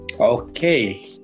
Okay